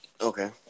Okay